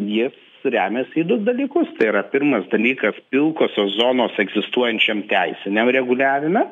jis remiasi į du dalykus tai yra pirmas dalykas pilkosios zonos egzistuojančiam teisiniam reguliavime